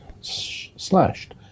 slashed